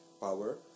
power